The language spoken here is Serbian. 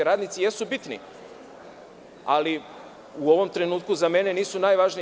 Radnici jesu bitni, ali u ovom trenutku za mene nisu najvažniji.